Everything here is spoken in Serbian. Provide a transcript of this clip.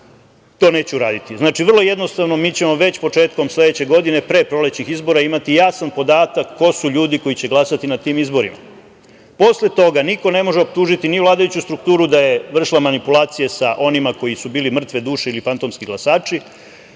to neće uraditi. Znači, vrlo je jednostavno. Mi ćemo već početkom sledeće godine, pre prolećnih izbora imati jasan podatak ko su ljudi koji će glasati na tim izborima. Posle toga niko ne može optužiti ni vladajuću strukturu da je vršila manipulacije sa onima koji su bili mrtve duše ili fantomski glasači,